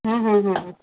ହୁଁ ହୁଁ ହଁ